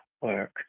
work